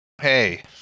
Hey